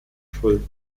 schulz